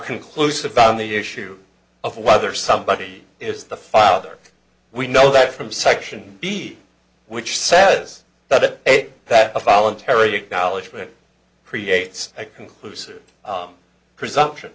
conclusive on the issue of whether somebody is the father we know that from section b which says that it that a voluntary acknowledgment creates a conclusory presumption